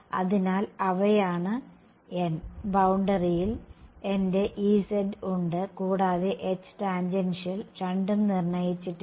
അതിനാൽ അവയാണ് n ബൌണ്ടറിയിൽ എന്റെ Ez ഉണ്ട് കൂടാതെ H ടാൻജെൻഷ്യൽ രണ്ടും നിർണ്ണയിച്ചിട്ടില്ല